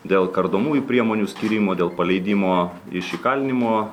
dėl kardomųjų priemonių skyrimo dėl paleidimo iš įkalinimo